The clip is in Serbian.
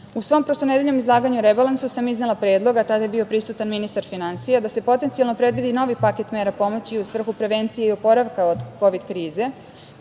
svom prošlo nedeljnom izlaganju o rebalansu sam iznela predlog, a tada je bio prisutan ministar finansija, da se potencijalno predvidi novi paket mera pomoći u svrhu prevencije i oporavka od kovid krize